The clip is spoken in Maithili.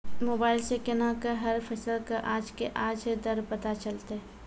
मोबाइल सऽ केना कऽ हर फसल कऽ आज के आज दर पता चलतै?